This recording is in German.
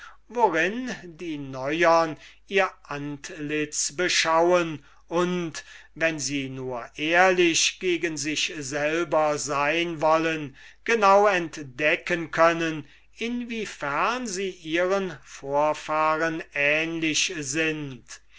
worin die neuern ihr antlitz beschauen und wenn sie nur ehrlich gegen sich selber sein wollen genau entdecken können in wiefern sie ihren vorfahren ähnlich sind